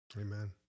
Amen